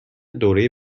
دوره